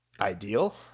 ideal